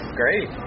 great